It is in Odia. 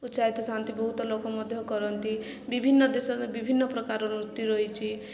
ଉତ୍ସାହିତ ଥାନ୍ତି ବହୁତ ଲୋକ ମଧ୍ୟ କରନ୍ତି ବିଭିନ୍ନ ଦେଶରେ ବିଭିନ୍ନ ପ୍ରକାର ରହିଛି